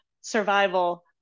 survival